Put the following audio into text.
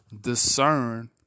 discern